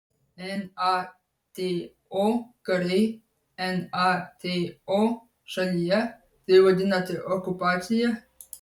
nato kariai nato šalyje tai vadinate okupacija